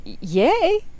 yay